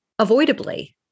avoidably